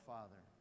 Father